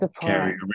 carry